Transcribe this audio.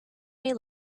may